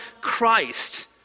Christ